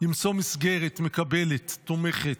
למצוא מסגרת מקבלת, תומכת.